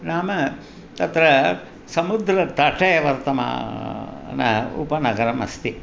नाम तत्र समुद्रतटे वर्तमानम् उपनगरमस्ति